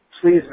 please